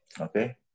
Okay